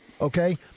okay